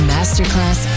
Masterclass